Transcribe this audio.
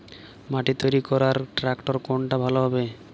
মাটি তৈরি করার ট্রাক্টর কোনটা ভালো হবে?